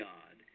God